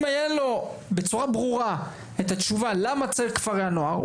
אם היה לו בצורה ברורה את התשובה למה צריך את כפרי הנוער,